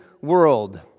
world